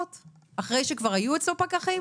אחרי שכבר היו אצלו פקחים?